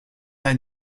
ein